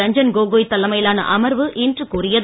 ரஞ்சன் கோகோய் தலைமையிலான அமர்வு இன்று கூறியது